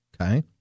Okay